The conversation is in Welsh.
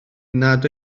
nad